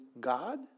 God